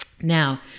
Now